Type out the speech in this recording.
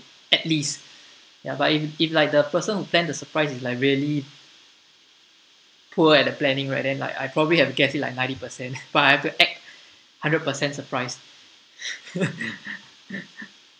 at least ya but if if like the person who plan to surprise like really poor at the planning right then I like I probably have guessed it like ninety percent but I have to act hundred percent surprised